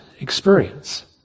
experience